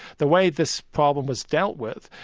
the way this problem was dealt with,